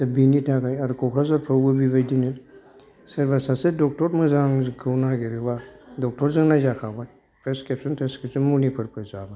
दा बेनि थाखाय आरो क'क्राझारफ्रावबो बेबायदिनो सोरबा सासे डक्ट'र मोजांखौ नागेरोबा डक्ट'रजों नायजाखाबाय प्रेसकेप्सन टेस्केपसन मुलिफोरखौ जाबाय